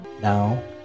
Now